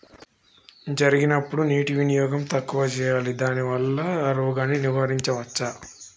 జరిగినప్పుడు నీటి వినియోగం తక్కువ చేయాలి దానివల్ల రోగాన్ని నివారించవచ్చా?